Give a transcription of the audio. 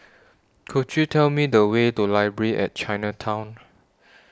Could YOU Tell Me The Way to Library At Chinatown